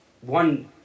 one